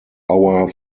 our